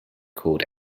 called